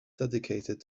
dedicated